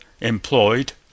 employed